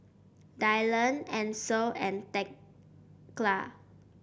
Dylon Ansel and Thekla